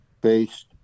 based